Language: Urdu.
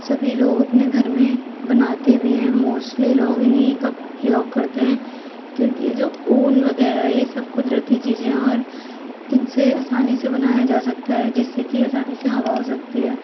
سبھی لوگ اپنے گھر میں بناتے بھی ہیں موسٹلی لوگ انہیں کا پریوگ کرتے ہیں کیونکہ جو اون وغیرہ ہے یہ سب قدرتی چیزیں ہیں اور ان سے آسانی سے بنایا جا سکتا ہے جس سے کہ آسانی سے ہوا ہو سکتی ہے